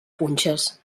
punxes